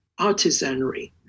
artisanry